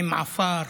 עם עפר,